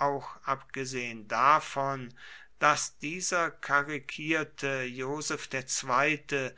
auch abgesehen davon daß dieser karikierte joseph ii